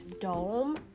dome